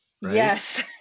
Yes